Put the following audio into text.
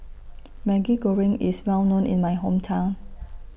Maggi Goreng IS Well known in My Hometown